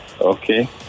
Okay